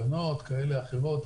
עמוס אמר מה הבעיה של העיתונים,